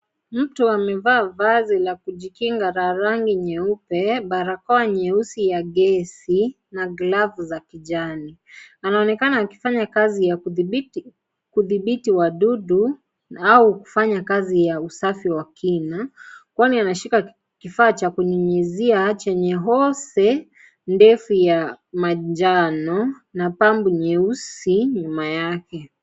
Mtu amevaa vazi la kujikinga la rangi nyeupe, barakoa nyeusi ya gesi na glavu za kijani. Anaonekana akifanya kazi ya kudhibiti wadudu au kufanya kazi ya usafi wa kina kwani anashika kifaa cha kunyunyizia chenye hosi ndefu ya manjano na pambu nyeusi nyuma yake.